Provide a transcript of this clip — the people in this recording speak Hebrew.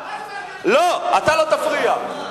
אתה לא תפריע.